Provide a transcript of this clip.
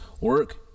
Work